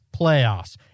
playoffs